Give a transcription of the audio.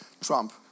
Trump